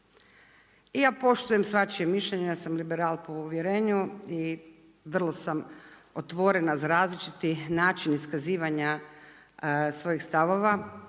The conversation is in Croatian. ja poštujem svačije mišljenje, ja sam liberal po uvjerenju i vrlo sam otvorena za različiti način iskazivanja svojih stavova